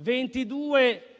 più